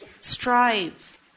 strive